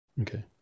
Okay